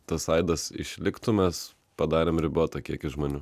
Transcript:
tas aidas išliktų mes padarėm ribotą kiekį žmonių